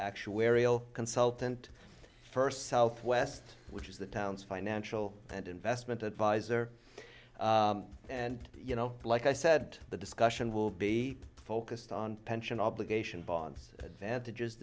actuarial consultant first southwest which is the town's financial and investment advisor and you know like i said the discussion will be focused on pension obligation bonds advantages